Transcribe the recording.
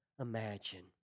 imagine